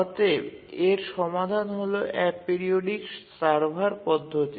অতএব এর সমাধান হল অ্যাপিওরিওডিক সার্ভার পদ্ধতি